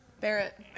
Barrett